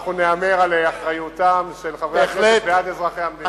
אנחנו נהמר על אחריותם של חברי הכנסת בעד אזרחי המדינה.